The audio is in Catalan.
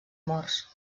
morts